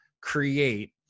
create